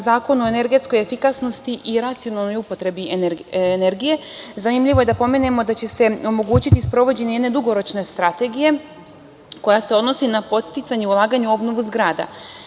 Zakonu o energetskoj efikasnosti i racionalnoj upotrebi energije zanimljivo je da pomenemo da će se omogućiti sprovođenje jedne dugoročne strategije koja se odnosi na podsticanje i ulaganje u obnovu zgrada